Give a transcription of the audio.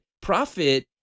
Profit